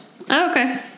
Okay